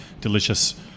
delicious